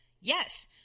Yes